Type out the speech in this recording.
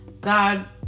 God